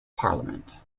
parliament